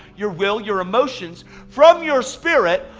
your will, your emotions from your spirit.